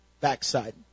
backside